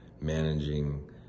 managing